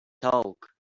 talk